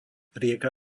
rieka